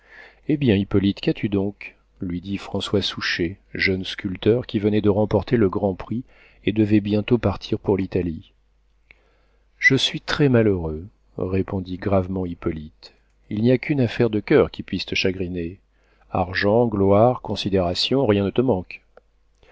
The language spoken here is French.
eh bien hippolyte qu'as-tu donc lui dit françois souchet jeune sculpteur qui venait de remporter le grand prix et devait bientôt partir pour l'italie je suis très-malheureux répondit gravement hippolyte il n'y a qu'une affaire de coeur qui puisse te chagriner argent gloire considération rien ne te manque